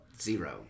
zero